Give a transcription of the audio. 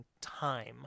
time